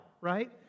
right